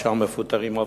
שם מפוטרים עובדים.